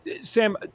Sam